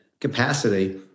capacity